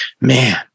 man